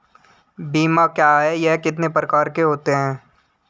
बीमा क्या है यह कितने प्रकार के होते हैं?